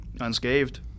Unscathed